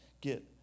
get